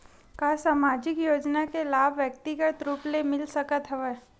का सामाजिक योजना के लाभ व्यक्तिगत रूप ले मिल सकत हवय?